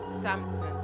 Samson